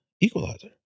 Equalizer